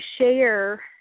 share